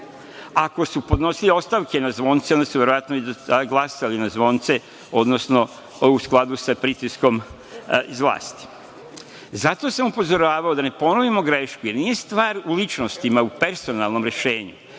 Ako su podnosili ostavke na zvonce, onda su verovatno i glasali na zvonce, odnosno u skladu sa pritiskom iz vlasti. Zato sam upozoravao da ne ponovimo greške, jer nije stvar u ličnostima, u personalnom rešenju,